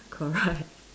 correct